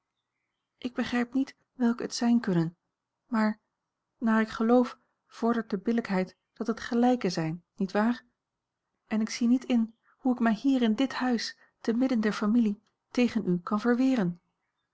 ik begrijp niet welke het zijn kunnen maar naar ik geloof vordert de billijkheid dat het gelijke zijn niet waar en ik zie niet in hoe ik mij hier in dit huis te midden der familie tegen u kan